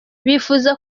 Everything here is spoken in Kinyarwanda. bifuza